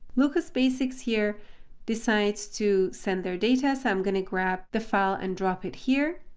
lucas basics here decides to send their data, so i'm going to grab the file and drop it here.